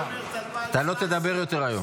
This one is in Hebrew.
--- אתה לא תדבר יותר היום.